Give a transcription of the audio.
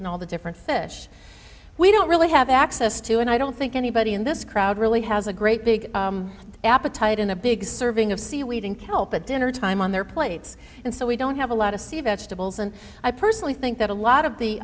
and all the different fish we don't really have access to and i don't think anybody in this crowd really has a great big appetite in a big serving of seaweed and kelp at dinnertime on their plates and so we don't have a lot of sea vegetables and i personally think that a lot